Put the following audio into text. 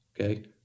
Okay